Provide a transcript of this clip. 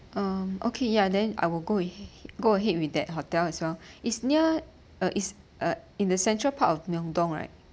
um okay ya then I will go ahea~ hea~ go ahead with that hotel as well it's near uh it's uh in the central part of myeongdong right